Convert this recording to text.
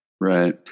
Right